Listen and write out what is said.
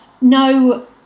no